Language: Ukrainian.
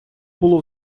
було